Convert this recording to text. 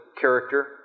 character